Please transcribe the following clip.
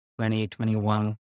2021